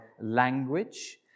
language